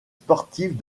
sportifs